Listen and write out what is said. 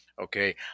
Okay